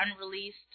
unreleased